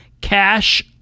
Cash